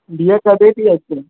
धीउ कॾहिं थी अचे